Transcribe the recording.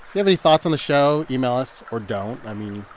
have any thoughts on the show, email us or don't. i mean,